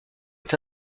est